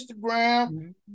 Instagram